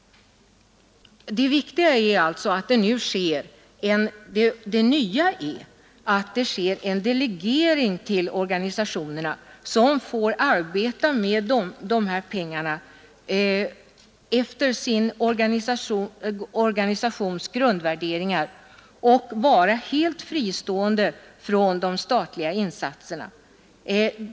Det nya i informationsverksamheten är att det sker en delegering till organisationerna, som får arbeta med dessa pengar efter sin organisations grundvärderingar och vara helt fristående från de statliga intressena.